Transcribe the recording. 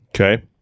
Okay